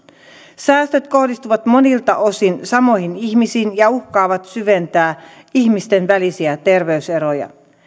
säästöt kohdistuvat monilta osin samoihin ihmisiin ja uhkaavat syventää ihmisten välisiä terveyseroja